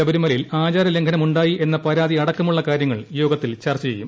ശബരിമലയിൽ ആചാരലംഘനം ഉണ്ടായി എന്ന പരാതി അടക്കമുള്ള കാര്യങ്ങൾ യോഗത്തിൽ ചർച്ചു ചെയ്യും